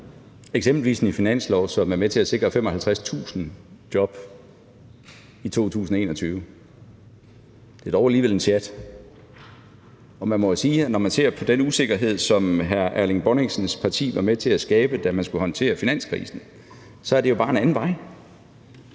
Eksempelvis en finanslov, som er med til at sikre 55.000 job i 2021. Det er jo dog alligevel en sjat. Og man må sige, at når man ser på den usikkerhed, som hr. Erling Bonnesens parti var med til at skabe, da man skulle håndtere finanskrisen, så er det jo bare en anden vej.